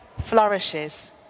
flourishes